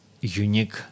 unique